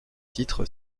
titre